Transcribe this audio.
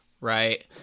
Right